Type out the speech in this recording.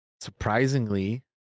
surprisingly